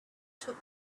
took